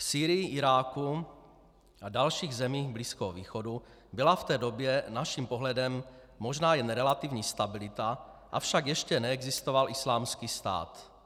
V Sýrii, Iráku a dalších zemích Blízkého východu byla v té době naším pohledem možná jen relativní stabilita, avšak ještě neexistoval Islámský stát.